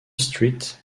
street